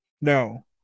no